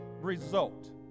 result